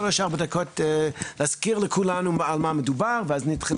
שלוש ארבע דקות ככה כדי להזכיר לכולנו על מה מדובר ואז נתחיל